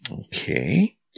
Okay